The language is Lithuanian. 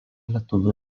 lietuvių